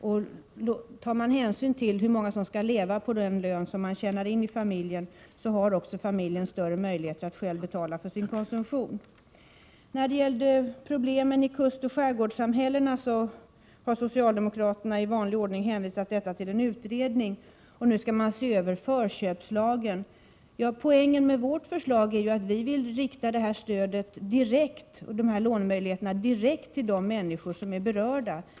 Om vi i beskattningen tar hänsyn till hur många som skall leva på den lön som man tjänar i en familj, får också familjen större möjligheter att själv kunna betala för sin konsumtion. När det gäller problemen i kustoch skärgårdssamhällena har socialdemokraterna i vanlig ordning hänvisat dem till en utredning. Nu skall även förköpslagen ses över. Poängen med vårt förslag är ju att vi vill rikta detta stöd, dvs. lånemöjligheterna, direkt till de människor som är berörda.